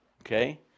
Okay